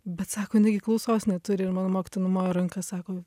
bet sako jinia gi klausos neturi ir mano mokytoja numojo ranka sako